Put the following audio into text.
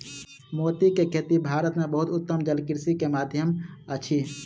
मोती के खेती भारत में बहुत उत्तम जलकृषि के माध्यम अछि